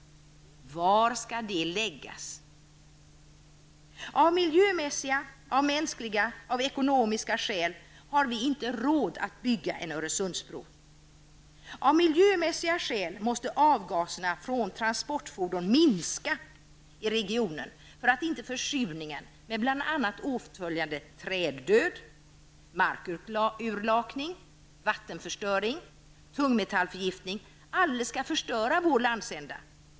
Var skall de läggas? Av miljömässiga, av mänskliga och av ekonomiska skäl har vi inte råd att bygga en Öresundsbro. Av miljömässiga skäl måste avgaserna från transportfordon minska i regionen för att försurningen, med bl.a. åtföljande träddöd, markurlakning, vattenförstöring och tungmetallförgiftning, inte skall förstöra vår landsända alldeles.